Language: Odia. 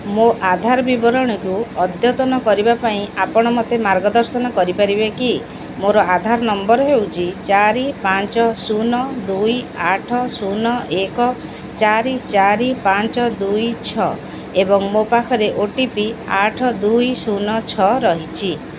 ମୋ ଆଧାର ବିବରଣୀକୁ ଅଦ୍ୟତନ କରିବା ପାଇଁ ଆପଣ ମୋତେ ମାର୍ଗ ଦର୍ଶନ କରିପାରିବେ କି ମୋର ଆଧାର ନମ୍ବର୍ ହେଉଛି ଚାରି ପାଞ୍ଚ ଶୂନ ଦୁଇ ଆଠ ଶୂନ ଏକ ଚାରି ଚାରି ପାଞ୍ଚ ଦୁଇ ଛଅ ଏବଂ ମୋ ପାଖରେ ଓଟିପି ଆଠ ଦୁଇ ଶୂନ ଛଅ ରହିଛି